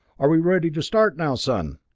are we ready to start now, son?